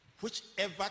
Whichever